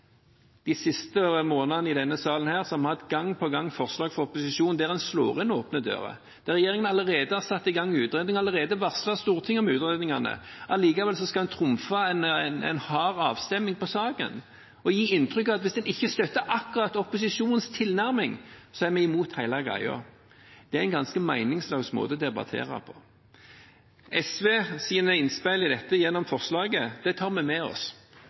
De siste månedene i denne salen har vi gang på gang hatt forslag fra opposisjonen hvor en slår inn åpne dører, der regjeringen allerede har satt i gang utredninger og allerede varslet Stortinget om utredningene. Likevel skal en trumfe gjennom en hard avstemming om saken og gi inntrykk av at hvis vi ikke støtter akkurat opposisjonens tilnærming, er vi imot hele greia. Det er en ganske meningsløs måte å debattere på. SV sine innspill på dette gjennom forslaget, tar vi med oss.